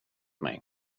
mig